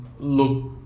look